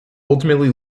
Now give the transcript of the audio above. ultimately